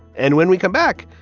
and when we come back,